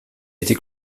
été